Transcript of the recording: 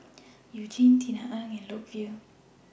YOU Jin Tisa Ng and Loke Yew